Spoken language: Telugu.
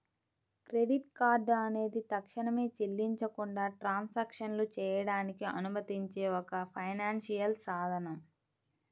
క్రెడిట్ కార్డ్ అనేది తక్షణమే చెల్లించకుండా ట్రాన్సాక్షన్లు చేయడానికి అనుమతించే ఒక ఫైనాన్షియల్ సాధనం